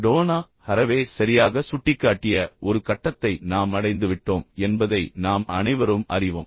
Donna Haraway சரியாக சுட்டிக்காட்டிய ஒரு கட்டத்தை நாம் அடைந்துவிட்டோம் என்பதை நாம் அனைவரும் அறிவோம்